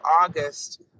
August